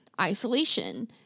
isolation